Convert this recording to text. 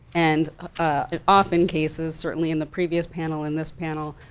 and and often cases, certainly in the previous panel and this panel,